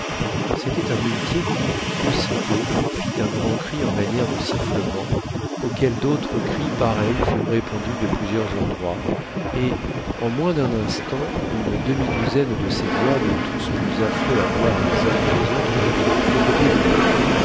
c'était un muletier qui aussitôt fit un grand cri en manière de sifflement auquel d'autres cris pareils furent répondus de plusieurs endroits et en moins d'un instant une demi-douzaine de ces diables tous plus affreux à voir les uns que les autres furent autour de nous